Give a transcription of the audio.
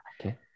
Okay